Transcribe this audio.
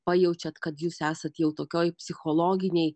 pajaučiat kad jūs esat jau tokioj psichologinėj